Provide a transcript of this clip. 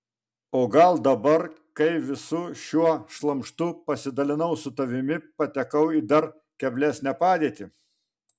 o gal dabar kai visu šiuo šlamštu pasidalinau su tavimi patekau į dar keblesnę padėtį